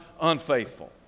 unfaithful